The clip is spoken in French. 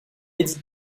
édith